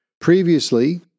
Previously